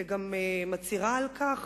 וגם מצהירה על כך,